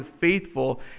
faithful